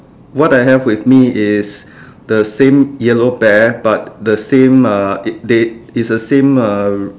what I have with me is the same yellow bear but the same uh it they is a same uh